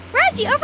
reggie,